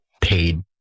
paid